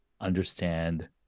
understand